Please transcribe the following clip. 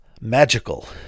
Magical